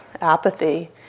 apathy